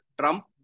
trump